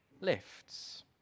lifts